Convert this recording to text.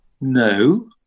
no